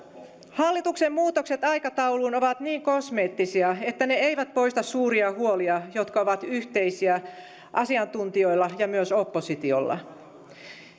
hallituksen muutokset aikatauluun ovat niin kosmeettisia että ne eivät poista suuria huolia jotka ovat yhteisiä asiantuntijoilla ja myös oppositiolla